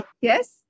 Yes